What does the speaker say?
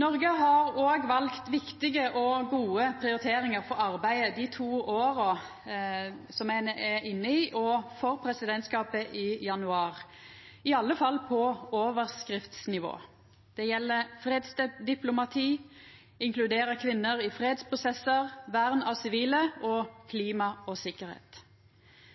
Noreg har òg valt viktige og gode prioriteringar for arbeidet dei to åra som me er inne i, og for presidentskapen i januar – i alle fall på overskriftsnivå. Det gjeld fredsdiplomati, det å inkludera kvinner i fredsprosessar, vern av sivile, klima og sikkerheit.